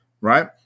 right